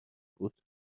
بود